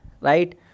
right